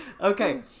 Okay